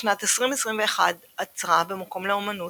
בשנת 2021 אצרה ב'מקום לאמנות'